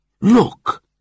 Look